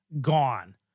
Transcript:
gone